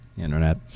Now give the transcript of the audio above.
Internet